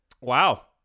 Wow